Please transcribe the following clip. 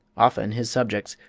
often his subjects,